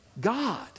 God